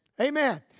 Amen